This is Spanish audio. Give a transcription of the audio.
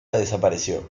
desapareció